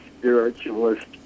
spiritualist